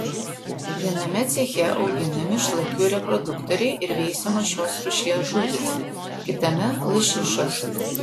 viename ceche auginami šlakių reproduktoriai ir veisiamos šios rūšies žuvys kitame lašišos